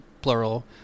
plural